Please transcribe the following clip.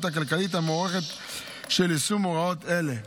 הכלכלית המוערכת של יישום הוראות אלו.